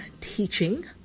teaching